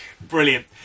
brilliant